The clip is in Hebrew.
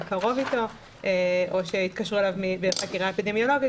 קרוב אליו או שהתקשרו אליו בחקירה אפידמיולוגית.